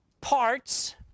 parts